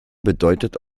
bedeutet